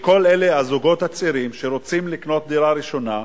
לכל הזוגות הצעירים שרוצים לקנות דירה ראשונה,